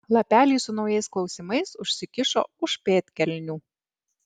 lapelį su naujais klausimais užsikišo už pėdkelnių